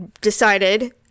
decided